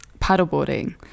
Paddleboarding